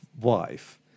wife